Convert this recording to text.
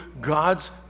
God's